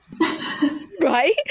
Right